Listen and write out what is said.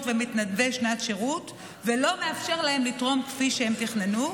ומתנדבי שנת שירות ולא מאפשר להם לתרום כפי שהם תכננו,